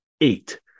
eight